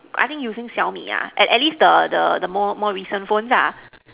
I think using xiaomi ah at least the the the more recent phones ah